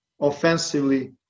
offensively